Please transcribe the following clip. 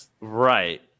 Right